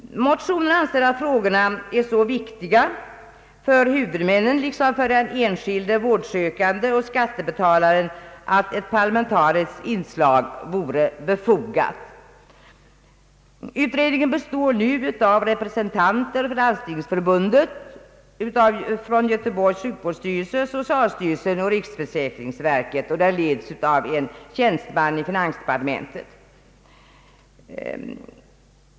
Motionären anser att dessa frågor är så viktiga för huvudmännen, för den enskilde vårdsökande och skattebetalaren att ett parlamentariskt inslag i utredningen vore befogat. Denna består nu av representanter för Landstingsförbundet, Göteborgs sjukvårdsstyrelse, socialstyrelsen och riksförsäkringsverket. Den leds av en tjänsteman från finansdepartementet.